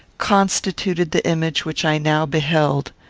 constituted the image which i now beheld.